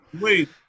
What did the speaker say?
wait